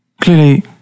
Clearly